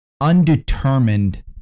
undetermined